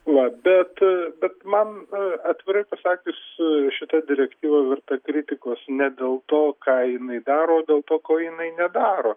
va bet bet man atvirai pasakius šita direktyva verta kritikos ne dėl to ką jinai daro o dėl to ko jinai nedaro